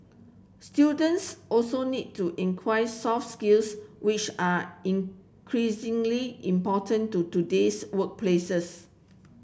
students also need to inquire soft skills which are increasingly important to today's workplaces